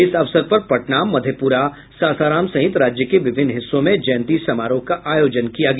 इस अवसर पर पटना मधेपुरा सासाराम सहित राज्य के विभिन्न हिस्सों में जयंती समारोह का आयोजन किया गया